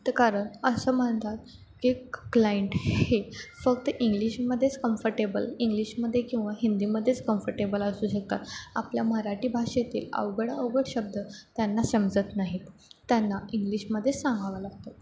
कारण असं म्हणतात की क्लायंट हे फक्त इंग्लिशमध्येच कम्फर्टेबल इंग्लिशमध्ये किंवा हिंदीमध्येच कम्फर्टेबल असू शकतात आपल्या मराठी भाषेतील अवघड अवघड शब्द त्यांना समजत नाहीत त्यांना इंग्लिशमध्येच सांगावं लागतं